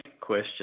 question